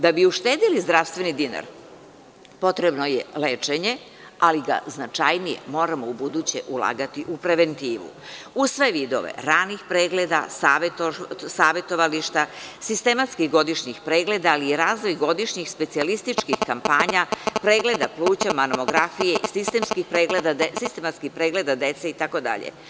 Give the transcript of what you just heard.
Da bi uštedeli zdravstveni dinar potrebno je lečenje, ali ga značajnije moramo ubuduće ulagati u preventivu u sve vidove ranih pregleda, savetovališta, sistematskih godišnjih pregleda, ali i razvoj godišnjih specijalističkih kampanja, pregleda pluća, mamografije i sistematskih pregleda dece itd.